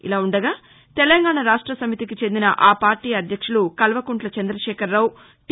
ఇలా ఉండగా తెలంగాణ రాష్ట్ర సమితికి చెందిన ఆపార్టీ అధ్యక్షులు కల్వకుంట్ల చంద్రశేఖరరావు టీ